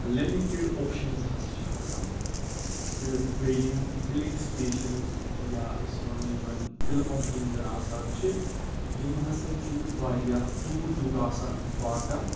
limited options ہَسا چھِ آسان تَتہِ تہٕ بیٚیہِ یِم فِلِنٛگ سٹیشَنٕز یا أسۍ وَنو یِمَن تِلہٕ پَمپ یِم زَن آسان چھِ یِم ہَسا چھِ واریاہ دوٗر دوٗر آسان واقع